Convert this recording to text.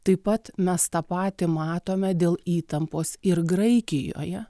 taip pat mes tą patį matome dėl įtampos ir graikijoje